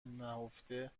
نهفته